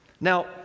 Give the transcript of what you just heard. Now